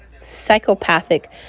psychopathic